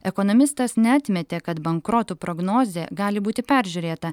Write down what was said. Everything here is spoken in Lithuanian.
ekonomistas neatmetė kad bankrotų prognozė gali būti peržiūrėta